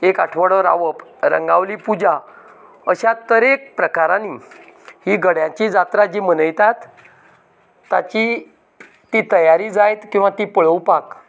एक आठवडो रावप रंगावली पुजा अश्याक तरेक प्रकारांनी ही गड्यांची जात्रा जी मनयतात ताची ती तयारी जायत किंवां ती पळोवपाक